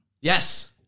yes